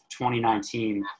2019